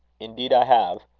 indeed i have.